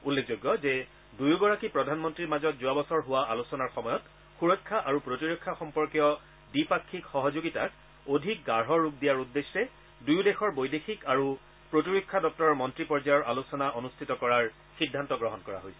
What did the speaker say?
উল্লেখযোগ্য যে দুয়োগৰাকী প্ৰধানমন্তীৰ মাজত যোৱা বছৰ হোৱা আলোচনাৰ সময়ত সূৰক্ষা আৰু প্ৰতিৰক্ষা সম্পৰ্কীয় দ্বিপাক্ষিক সহযোগিতাক অধিক গাঢ় ৰূপ দিয়াৰ উদ্দেশ্যে দুয়ো দেশৰ বৈদেশিক আৰু প্ৰতিৰক্ষা দপ্তৰৰ মন্ত্ৰী পৰ্যায়ৰ আলোচনা অনুষ্ঠিত কৰাৰ সিদ্ধান্ত গ্ৰহণ কৰা হৈছিল